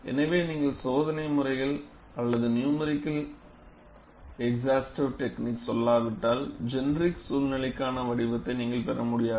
எனவே நீங்கள் சோதனை முறைகள் அல்லது நியூமரிகள் எஸ்ஹாஸ்டிவ் டெக்னீக் செல்லாவிட்டால் ஜெனிரிக் சூழ்நிலைக்கான வடிவத்தை நீங்கள் பெற முடியாது